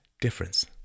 difference